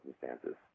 circumstances